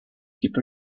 keep